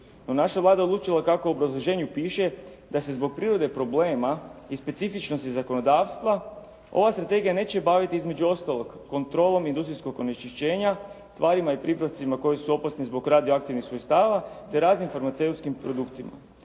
naša Vlada je odlučila kako u obrazloženju piše da se zbog prirode problema i specifičnosti zakonodavstva ova strategija neće baviti između ostaloga kontrolom industrijskog onečišćenja, tvarima i pripravcima koji su opasni zbog radioaktivnih svojstava, te raznim farmaceutskim produktima.